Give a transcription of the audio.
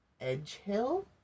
Edgehill